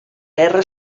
guerra